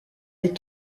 des